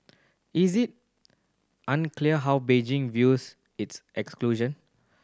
is it unclear how Beijing views its exclusion